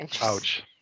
Ouch